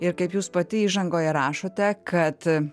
ir kaip jūs pati įžangoje rašote kad